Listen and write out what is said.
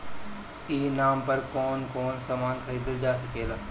ई नाम पर कौन कौन समान खरीदल जा सकेला?